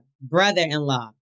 Brother-in-law